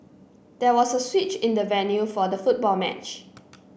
there was a switch in the venue for the football match